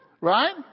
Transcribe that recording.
Right